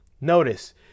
Notice